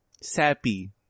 Sappy